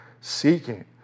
seeking